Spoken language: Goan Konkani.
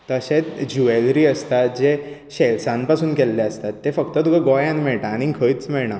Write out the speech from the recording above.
तशेंच ज्वेलरी आसता जे श्येलसां पासून केल्लें आसता तें फक्त तुका गोंयांत मेळटा आनी खंयच मेळना